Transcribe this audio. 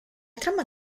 trama